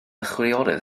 chwiorydd